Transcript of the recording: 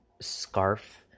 scarf